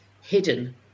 hidden